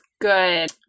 good